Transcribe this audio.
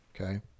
Okay